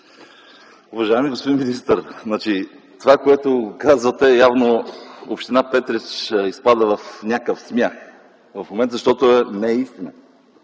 Уважаеми господин министър, от това, което казвате, явно община Петрич изпада в някакъв смях в момента, защото не е истина.